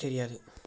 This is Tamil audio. தெரியாது